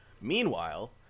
Meanwhile